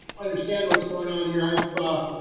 understand what's going on here i bought.